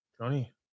Johnny